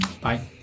Bye